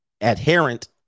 adherent